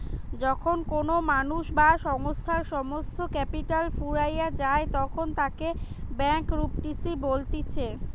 যখন কোনো মানুষ বা সংস্থার সমস্ত ক্যাপিটাল ফুরাইয়া যায়তখন তাকে ব্যাংকরূপটিসি বলতিছে